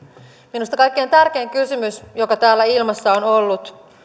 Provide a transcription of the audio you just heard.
minusta kaikkein tärkein kysymys joka täällä ilmassa on ollut